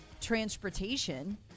transportation –